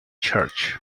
church